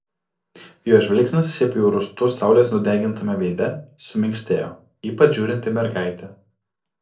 jo žvilgsnis šiaip jau rūstus saulės nudegintame veide suminkštėjo ypač žiūrint į mergaitę